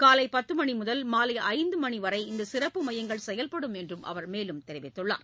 காலை பத்து மணி முதல் மாலை ஐந்து மணிவரை இந்த சிறப்பு மையங்கள் செயல்படும் என்றும் அவர் தெரிவித்துள்ளார்